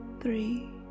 three